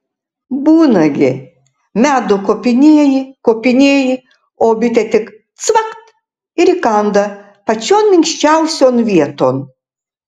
būna gi medų kopinėji kopinėji o bitė tik cvakt ir įkanda pačion minkščiausion vieton